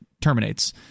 terminates